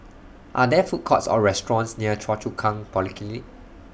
Are There Food Courts Or restaurants near Choa Chu Kang Polyclinic